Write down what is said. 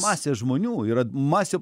masė žmonių yra masė